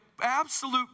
absolute